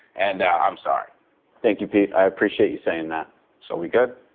and i'm sorry thank you, pete. i appreciate you saying that so we good?